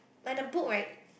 by the book right